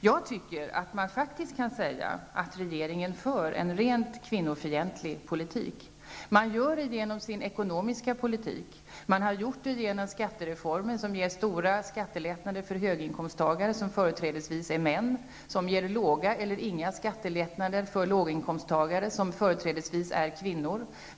Jag anser att man faktiskt kan säga att regeringen för en rent kvinnofientlig politik. Den gör det genom sin ekonomiska politik. Man har gjort det genom skattereformen, som ger stora skattelättnader för höginkomsttagare, som företrädesvis är män, och som ger låga eller inga skattelättnader för låginkomsttagare, som företrädesvis är kvinnor.